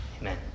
Amen